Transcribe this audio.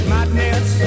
Madness